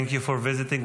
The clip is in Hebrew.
Thank you for visiting.